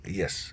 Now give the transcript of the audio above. yes